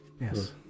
yes